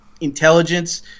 intelligence